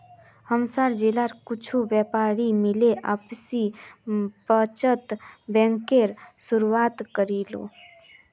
हमसार जिलात कुछु व्यापारी मिले आपसी बचत बैंकेर शुरुआत करील